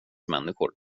människor